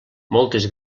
moltes